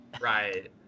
right